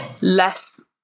less